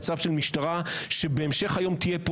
של ראש הממשלה המיועד להחליש את המשטרה מהטעמים האישיים שלו,